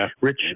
Rich